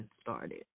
started